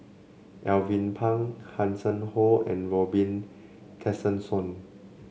Alvin Pang Hanson Ho and Robin Tessensohn